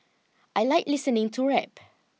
I like listening to rap